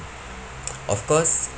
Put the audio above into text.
of course